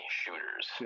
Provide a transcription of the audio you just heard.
shooters